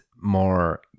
more